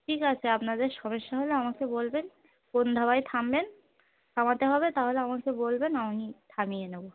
ঠিক আছে আপনাদের সমস্যা হলে আমাকে বলবেন কোন ধাবায় থামবেন থামাতে হবে তাহলে আমাকে বলবেন আমি থামিয়ে নেব